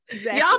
Y'all